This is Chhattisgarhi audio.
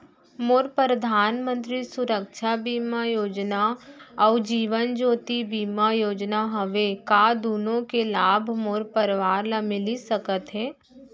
मोर परधानमंतरी सुरक्षा बीमा योजना अऊ जीवन ज्योति बीमा योजना हवे, का दूनो के लाभ मोर परवार ल मिलिस सकत हे?